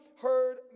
heard